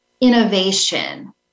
innovation